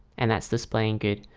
and that's displaying good.